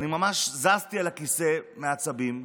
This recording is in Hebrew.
ואני ממש זזתי על הכיסא מעצבים,